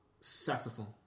Saxophone